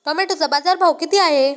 टोमॅटोचा बाजारभाव किती आहे?